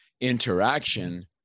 interaction